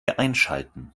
einschalten